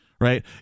right